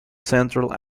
central